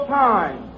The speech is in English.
time